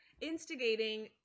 instigating